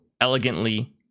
elegantly